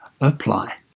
apply